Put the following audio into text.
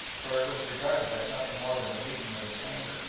for it was regarded as nothing more than the wreaking of his anger,